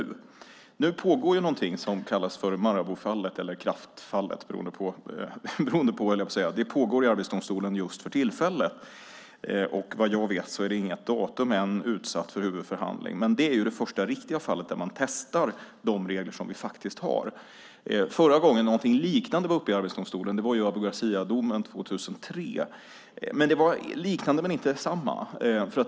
Just nu pågår någonting som kallas för Maraboufallet eller Kraftfallet i Arbetsdomstolen, och vad jag vet är ännu inget datum utsatt för huvudförhandling. Detta är det första riktiga fall där man testar de regler vi faktiskt har. Förra gången någonting liknande var uppe i Arbetsdomstolen gällde Abu Garcia-domen 2003. Det var ett liknande fall men inte detsamma.